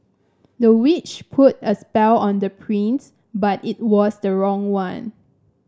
the witch put a spell on the prince but it was the wrong one